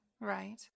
right